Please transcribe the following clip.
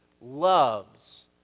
loves